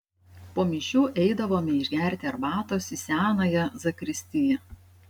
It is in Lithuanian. po mišių eidavome išgerti arbatos į senąją zakristiją